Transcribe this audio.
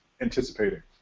anticipating